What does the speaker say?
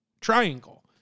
triangle